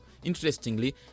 Interestingly